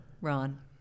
Ron